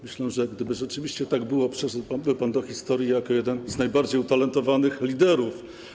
Myślę, że gdyby rzeczywiście tak było, przeszedłby pan do historii jako jeden z najbardziej utalentowanych liderów.